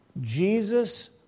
Jesus